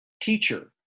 Teacher